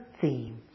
theme